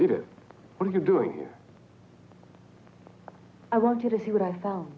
it what are you doing here i want you to see what i found